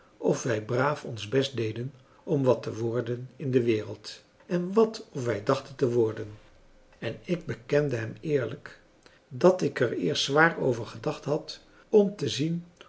of wij braaf ons best deden om wat te worden in de wereld en wàt of wij dachten te worden en ik bekende hem eerlijk dat ik er eerst zwaar over gedacht had om te zien